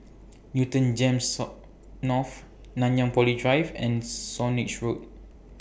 Newton Gems North Nanyang Poly Drive and Swanage Road